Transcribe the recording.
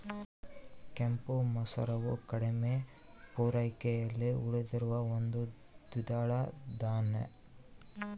ಕೆಂಪು ಮಸೂರವು ಕಡಿಮೆ ಪೂರೈಕೆಯಲ್ಲಿ ಉಳಿದಿರುವ ಒಂದು ದ್ವಿದಳ ಧಾನ್ಯ